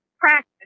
Practice